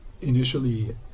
initially